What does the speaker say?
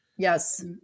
Yes